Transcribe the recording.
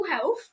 health